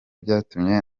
byatumye